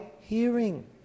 hearing